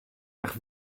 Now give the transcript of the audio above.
nach